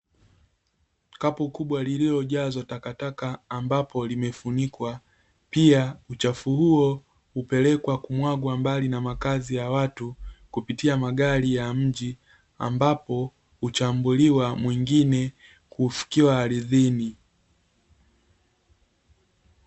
Kapu kubwa lililojazwa takataka ambapo limefunikwa, pia uchafu huo hupelekwa kumwagwa mbali na makazi ya watu kupitia magari ya mji, ambapo huchambuliwa mwingine kufukiwa ardhini.